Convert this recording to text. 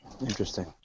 Interesting